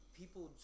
people